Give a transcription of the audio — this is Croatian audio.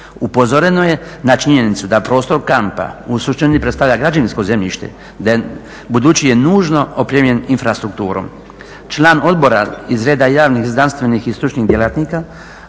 Upozoreno je na činjenicu da prostor kampa u suštini predstavlja građevinsko zemljišta, budući je nužno opremljen infrastrukturom. Član odbora iz reda javnih znanstvenih i stručnih djelatnika,